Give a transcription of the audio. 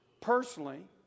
personally